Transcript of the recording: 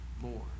more